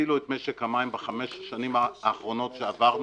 הצילו את משק המים בחמש השנים האחרונות שעברנו,